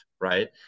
Right